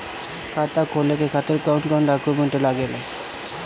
खाता खोले के खातिर कौन कौन डॉक्यूमेंट लागेला?